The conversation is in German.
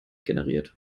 generiert